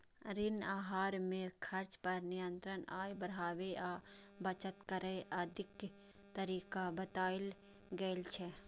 ऋण आहार मे खर्च पर नियंत्रण, आय बढ़ाबै आ बचत करै आदिक तरीका बतायल गेल छै